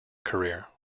career